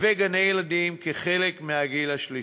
וגני-ילדים כחלק מהפעילות לגיל השלישי.